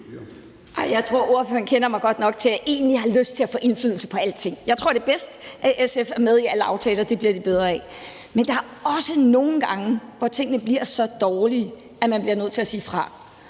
Jeg tror, at ordføreren kender mig godt nok til at vide, at jeg egentlig har lyst til at få indflydelse på alting. Jeg tror, det er bedst, at SF er med i alle aftaler, og at det bliver de bedre af, men tingene bliver nogle gange også så dårlige, at man bliver nødt til at sige fra.